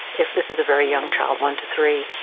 if this is a very young child one to three,